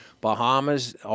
Bahamas